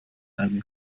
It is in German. ein